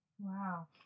Wow